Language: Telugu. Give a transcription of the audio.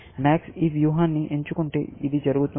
MAX ఈ వ్యూహాన్ని ఎంచుకుంటే ఇది జరుగుతుంది